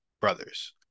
brothers